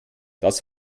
das